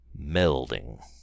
Melding